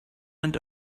and